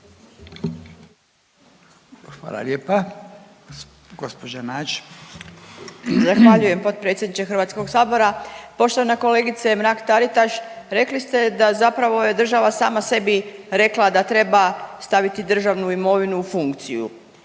(Socijaldemokrati)** Zahvaljujem potpredsjedniče Hrvatskog sabora. Poštovana kolegice Mrak Taritaš rekli ste da zapravo je država sama sebi rekla da treba staviti državnu imovinu u funkciju.